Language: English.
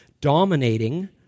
dominating